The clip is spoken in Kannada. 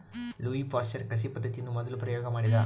ಲ್ಯೂಯಿ ಪಾಶ್ಚರ್ ಕಸಿ ಪದ್ದತಿಯನ್ನು ಮೊದಲು ಪ್ರಯೋಗ ಮಾಡಿದ